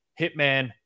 Hitman